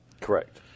Correct